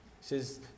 says